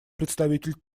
представитель